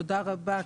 תודה רבה,